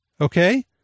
okay